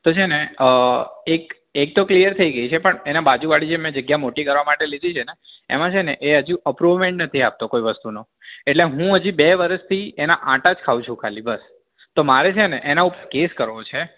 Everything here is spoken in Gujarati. તો છે ને એક એક તો ક્લિયર થઈ ગઈ છે પણ એનાં બાજુવાળી જે મેં જગ્યા મોટી કરવા માટે લીધી છે ને એમાં છે ને એ હજુ અપરુવમેન્ટ નથી આપતો કોઈ વસ્તુનો એટલે હું હજી બે વરસથી એના આંટા જ ખાઉં છું ખાલી બસ તો મારે છે ને એના ઉપર કેસ કરવો છે